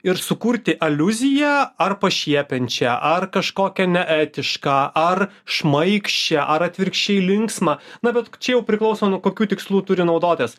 ir sukurti aliuziją ar pašiepiančią ar kažkokią neetišką ar šmaikščią ar atvirkščiai linksmą na bet čia jau priklauso nuo kokių tikslų turi naudotis